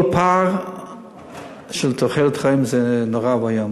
כל פער בתוחלת החיים זה נורא ואיום,